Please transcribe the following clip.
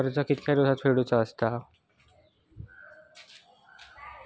कर्ज कितके दिवसात फेडूचा लागता?